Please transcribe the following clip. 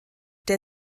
der